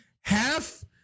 half